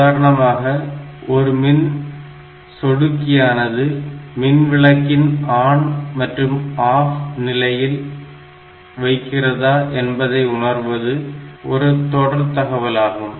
உதாரணமாக ஒரு மின் சொடுக்கியானது மின்விளக்கின் ஆன் மற்றும் ஆஃப் நிலையில் வைத்திருக்கறதா என்பதை உணர்வது ஒரு தொடர் தகவலாகும்